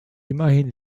immerhin